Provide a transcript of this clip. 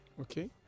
okay